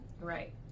Right